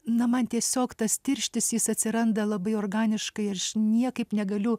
na man tiesiog tas tirštis jis atsiranda labai organiškai aš niekaip negaliu